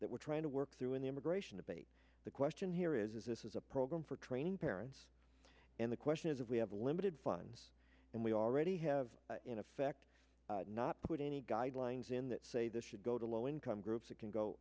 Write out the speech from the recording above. that we're trying to work through in the immigration debate the question here is is this is a program for training parents and the question is if we have limited funds and we already have in effect not put any guidelines in that say this should go to low income groups that can go